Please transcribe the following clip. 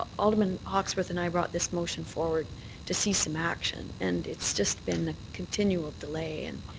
alderman hawkesworth and i brought this motion forward to see some action, and it's just been a continual delay. and